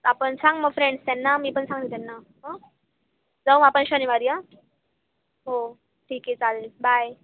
आपण सांग मग फ्रेंड्स त्यांना मी पण सांगते त्यांना हं जाऊ आपण शनिवारी हां हो ठीक आहे चालेल बाय